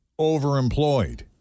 overemployed